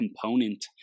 component